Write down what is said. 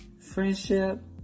friendship